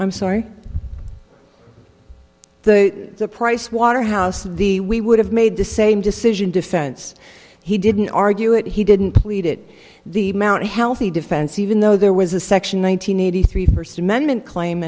i'm sorry the pricewaterhouse of the we would have made the same decision defense he didn't argue it he didn't plead it the mount healthy defense even though there was a section one nine hundred eighty three first amendment claim